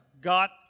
got